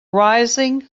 rising